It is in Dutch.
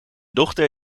dochter